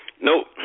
Nope